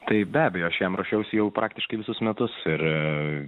tai be abejo aš jam ruošiausi jau praktiškai visus metus ir